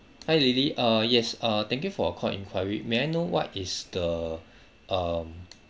hi lily err yes uh thank you for your call enquiry may I know what is the um